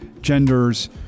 genders